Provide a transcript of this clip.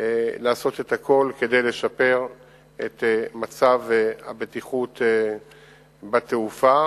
לעשות את הכול כדי לשפר את מצב הבטיחות בתעופה.